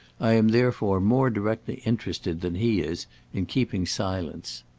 i am therefore more directly interested than he is in keeping silence.